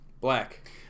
Black